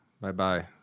Bye-bye